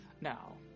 Now